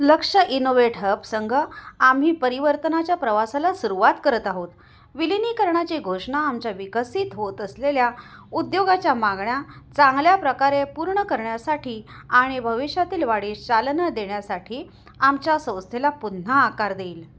लक्ष innovate hub संघ आम्ही परिवर्तनाच्या प्रवासाला सुरुवात करत आहोत विलिनीकरणाची घोषणा आमच्या विकसित होत असलेल्या उद्योगाच्या मागण्या चांगल्या प्रकारे पूर्ण करण्यासाठी आणि भविष्यातील वाढीस चालना देण्यासाठी आमच्या संस्थेला पुन्हा आकार देईल